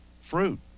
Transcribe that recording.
Fruit